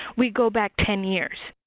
we go back ten years.